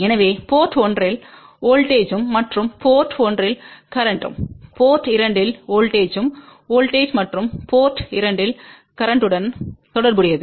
எனவே போர்ட் 1 இல் வோல்ட்டேஜ்ம் மற்றும் போர்ட் 1 இல் கரேன்ட்ம் போர்ட் 2 இல் வோல்ட்டேஜ்ம் மற்றும் போர்ட் 2 இல் கரேன்ட்த்துடன் தொடர்புடையது